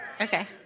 Okay